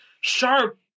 sharp